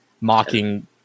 mocking